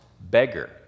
beggar